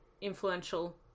influential